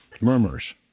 Murmurs